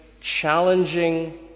challenging